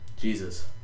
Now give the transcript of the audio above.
Jesus